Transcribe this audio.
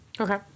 Okay